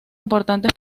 importantes